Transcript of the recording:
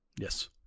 Yes